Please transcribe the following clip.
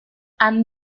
han